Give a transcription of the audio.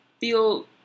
feel